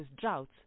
droughts